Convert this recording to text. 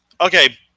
Okay